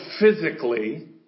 physically